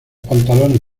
pantalones